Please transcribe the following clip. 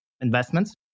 investments